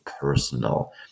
personal